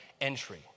entry